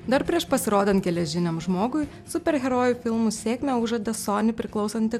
dar prieš pasirodant geležiniam žmogui superherojų filmų sėkmę užuodė sony priklausanti